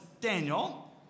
Daniel